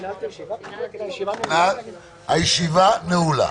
הישיבה ננעלה.